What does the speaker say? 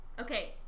Okay